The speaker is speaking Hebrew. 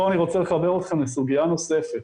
פה אני רוצה לחבר אתכם לסוגיה נוספת.